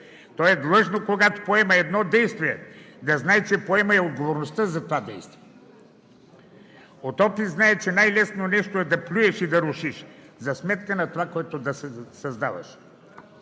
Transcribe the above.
То е длъжно, когато поема едно действие, да знае, че поема и отговорността за това действие. От опит зная, че най-лесното нещо е да плюеш и да рушиш за сметка на това, което създаваш.